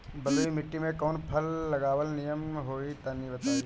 बलुई माटी में कउन फल लगावल निमन होई तनि बताई?